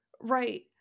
right